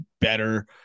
better